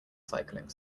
cycling